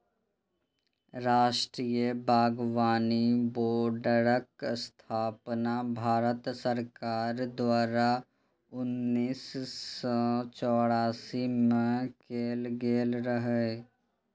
राष्ट्रीय बागबानी बोर्डक स्थापना भारत सरकार द्वारा उन्नैस सय चौरासी मे कैल गेल रहै